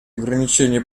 ограничения